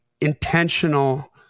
intentional